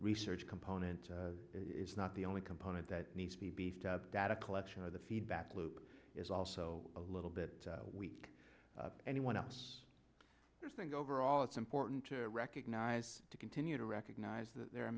research component is not the only component that needs to be beefed up data collection or the feedback loop is also a little bit weak anyone else think overall it's important to recognize to continue to recognize that there are